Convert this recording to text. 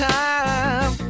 time